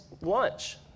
lunch